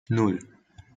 nan